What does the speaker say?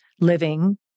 living